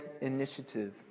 initiative